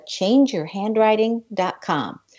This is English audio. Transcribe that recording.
changeyourhandwriting.com